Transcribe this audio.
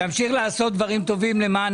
תהיה בריא ותמשיך לעשות דברים טובים למען